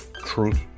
truth